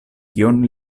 kion